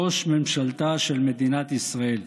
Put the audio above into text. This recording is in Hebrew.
ראש ממשלתה של מדינת ישראל.